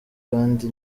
kandi